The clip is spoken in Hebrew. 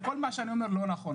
כל מה שאת עושה הוא לא נכון.